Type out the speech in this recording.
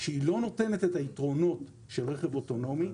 שלא נותנת יתרונות של רכב אוטונומי,